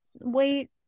wait